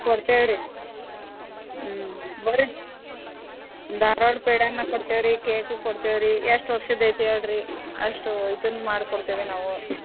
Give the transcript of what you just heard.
ಕೊಡ್ತೇವೆ ರೀ ಹ್ಞೂ ಬನ್ರಿ ಧಾರ್ವಾಡ ಪೇಡಾನ ಕೊಡ್ತೇವೆ ರೀ ಕೇಕು ಕೊಡ್ತೇವೆ ರೀ ಎಷ್ಟು ವರ್ಷದ್ದು ಐತೆ ಹೇಳ್ರಿ ಅಷ್ಟು ಇದನ್ನ ಮಾಡಿ ಕೊಡ್ತೇವೆ ನಾವು